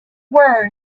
were